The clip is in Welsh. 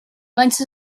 maent